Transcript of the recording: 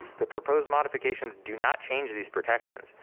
the proposed modifications do not change these protections,